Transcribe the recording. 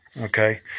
Okay